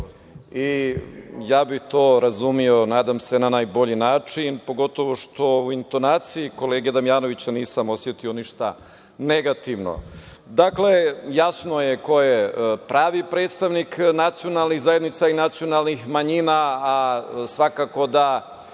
i ja bi to razumeo nadam se na najbolji način, pogotovo što u intonaciji kolege Damjanovića nisam osetio ništa negativno. Dakle, jasno je ko je pravi predstavnik nacionalnih zajednica i nacionalnih manjina, a svakako da